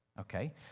Okay